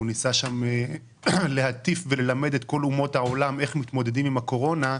הוא ניסה שם להטיף וללמד את כל אומות העולם איך מתמודדים עם הקורונה,